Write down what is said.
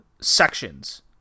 sections